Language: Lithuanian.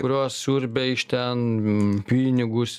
kurios siurbia iš ten pinigus